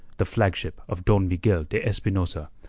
the flagship of don miguel de espinosa,